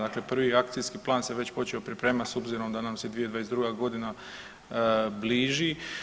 Dakle, prvi akcijski plan se već počeo pripremati s obzirom da nam se 2022. godina bliži.